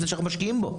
זה שאנחנו משקיעים בו.